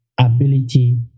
ability